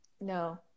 no